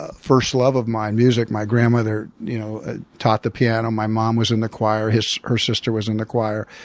ah first love of mine, music. my grandmother you know taught the piano, my mom was in the choir her sister was in the choir.